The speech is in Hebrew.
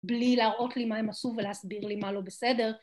‫בלי להראות לי מה הם עשו ‫ולהסביר לי מה לא בסדר.